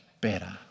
better